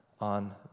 on